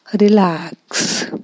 Relax